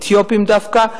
אתיופים דווקא,